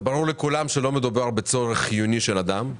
וברור לכולם שלא מדובר בצורך חיוני של אדם.